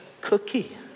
cookie